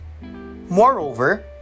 Moreover